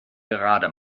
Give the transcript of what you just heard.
gerade